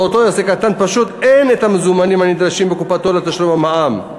לאותו עסק קטן פשוט אין את המזומנים הנדרשים בקופתו לתשלום המע"מ.